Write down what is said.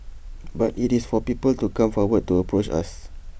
but IT is for people to come forward to approach us